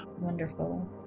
wonderful